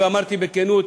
ואמרתי בכנות,